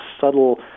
subtle